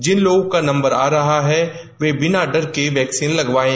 जिन लोगों का नंबर आ रहा है वे बिना डर के वैक्सीन लगवायें